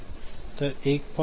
तर 1